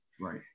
Right